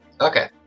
Okay